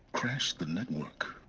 crash the network.